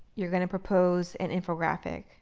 you're going to propose an infographics.